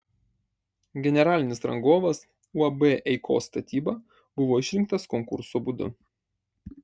generalinis rangovas uab eikos statyba buvo išrinktas konkurso būdu